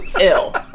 ill